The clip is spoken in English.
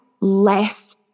less